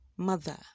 mother